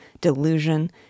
delusion